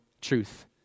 truth